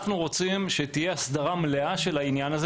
לכן אנחנו רוצים שתהיה הסדרה מלאה של זה,